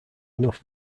enough